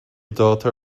daughter